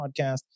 podcast